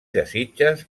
desitges